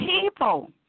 people